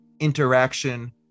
interaction